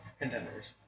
contenders